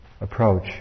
approach